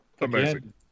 Amazing